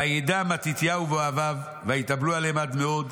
וידע מתתיהו ואוהביו ויתאבלו עליהם עד מאוד.